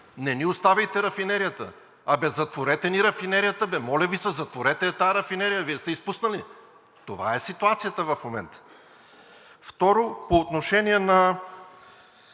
не ни оставяйте рафинерията, абе затворете ни рафинерията, абе моля Ви се, затворете я тази рафинерия, Вие сте я изпуснали“. Това е ситуацията в момента. Второ, господин